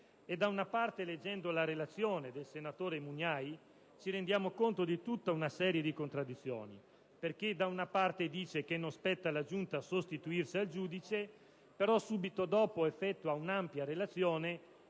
e, leggendo la relazione del senatore Mugnai, ci rendiamo conto di tutta una serie di contraddizioni perché, se da una parte dice che non spetta alla Giunta sostituirsi al giudice, però, subito dopo, effettua un'ampia esposizione